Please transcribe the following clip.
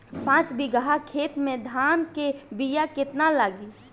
पाँच बिगहा खेत में धान के बिया केतना लागी?